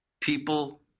people